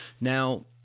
now